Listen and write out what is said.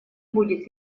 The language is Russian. будет